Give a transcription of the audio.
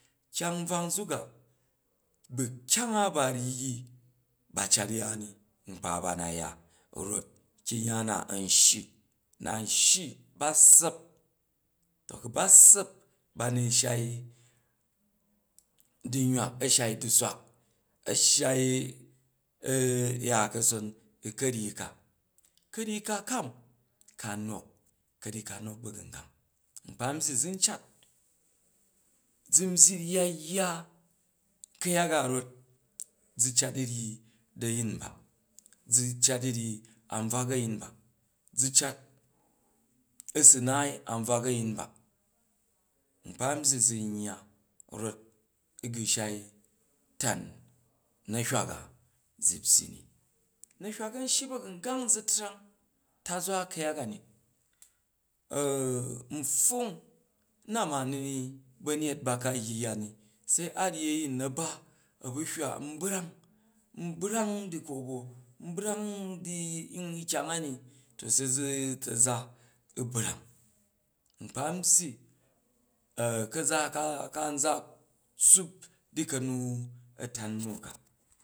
Kyang nbvak nzuk a, ba̱kyang aba ryyi ba chat yani nkpa ba naya rot kyung yana a̱n shyi, na nshyi ba saap, to ku ba shap, ba nu shai du̱nywa ashai du̱swak, a shai ya ka̱son u ka̱ryyi ka, ka̱ryyi ka kam, ka nok, ka̱ryyi ka a nok ba̱gungang, nk pa n byyi zu ncat, zu nbyyi ryya yya ku̱yak a rot zu cat u̱ ryyi du a̱yin ba zu cat u̱ ryyi anbvak a̱yin ba zu cat r su naai a̱nbvak a̱yir ba, nkpa n byy zu nyya rot nga shai tari na̱hywak a zu byyi ni, na̱hywak an shyi ba̱gungang zu trang taywa ku̱yak ani npfwong na ma nini ba̱myet baka yya ni, se a ryyi a̱yin na ba a ba hywa n brang, nbrang di kobo n brang di kyang ani, to se zu tazwa u brang nkpa n byyi ka̱za ka ka an za tsuup di ka̱nu-atan naka.